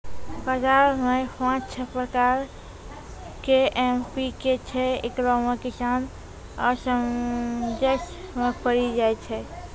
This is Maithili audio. बाजार मे पाँच छह प्रकार के एम.पी.के छैय, इकरो मे किसान असमंजस मे पड़ी जाय छैय?